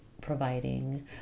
providing